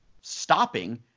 stopping